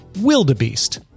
Wildebeest